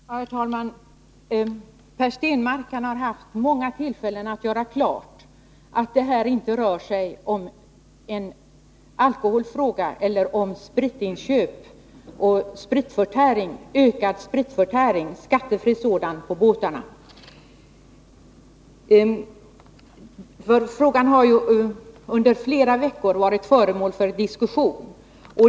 Herr talman! Per Stenmarck har haft många tillfällen att göra klart att det här inte rör sig om en alkoholfråga eller om spritinköp och ökad skattefri spritförsäljning på båtarna. Frågan har under flera veckor varit föremål för diskussion.